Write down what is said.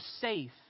safe